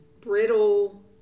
brittle